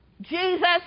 Jesus